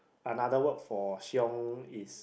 another word for shiong is